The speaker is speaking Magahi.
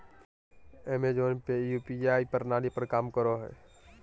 अमेज़ोन पे यू.पी.आई प्रणाली पर काम करो हय